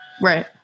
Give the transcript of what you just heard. Right